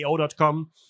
AO.com